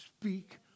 Speak